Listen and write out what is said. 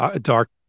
dark